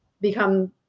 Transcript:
become